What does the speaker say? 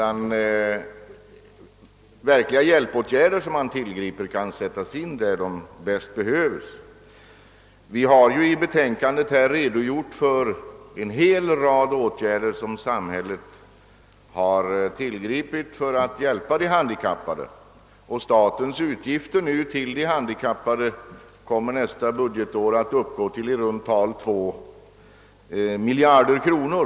Verkliga hjälpåtgärder som tillgrips kan i stället sättas in där de bäst behövs. I betänkandet har vi redogjort för en hel rad av åtgärder som samhället har vidtagit för att hjälpa de handikappade, och statens utgifter för de handikappade kommer nästa budgetår att uppgå till i runt tal två miljarder kronor.